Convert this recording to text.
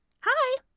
Hi